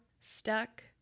stuck